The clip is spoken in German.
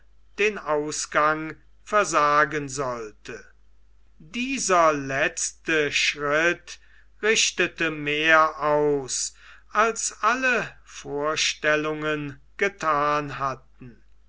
den ausgang versagen sollte dieser letzte schritt richtete mehr aus als alle vorstellungen gethan hatten